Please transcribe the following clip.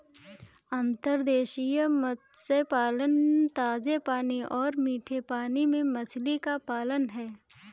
अंतर्देशीय मत्स्य पालन ताजे पानी और मीठे पानी में मछली का पालन है